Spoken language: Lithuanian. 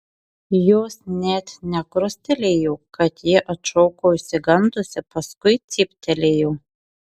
jos net nekrustelėjo kai ji atšoko išsigandusi paskui cyptelėjo